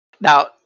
Now